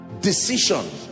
decision